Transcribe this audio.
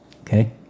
Okay